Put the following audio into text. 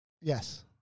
Yes